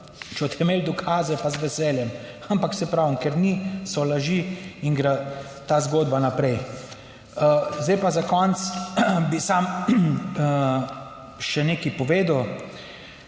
če boste imeli dokaze, pa z veseljem, ampak saj pravim, ker ni so laži in gre ta zgodba naprej. Zdaj pa, za konec bi samo še nekaj povedal.